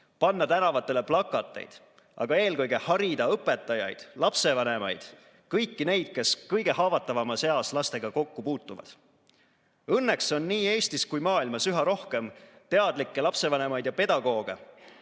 panna tänavatele plakateid, aga eelkõige harida õpetajaid, lapsevanemaid, kõiki neid, kes kõige haavatavamas eas lastega kokku puutuvad. Õnneks on nii Eestis kui ka mujal maailmas üha rohkem teadlikke lapsevanemaid ja pedagooge.